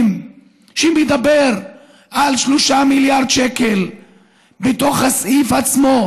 שמדבר על 3 מיליארד שקלים בתוך הסעיף עצמו,